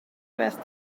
beth